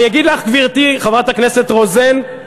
שוב, אני אגיד לך, גברתי, חברת הכנסת רוזן, רוזין.